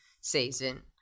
season